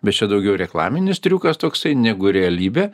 bet čia daugiau reklaminis triukas toksai negu realybė